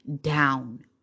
down